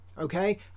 okay